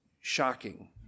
shocking